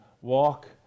walk